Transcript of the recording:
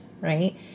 right